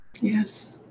Yes